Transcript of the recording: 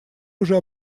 уже